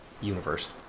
Universe